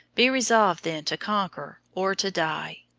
be resolved, then, to conquer or to die.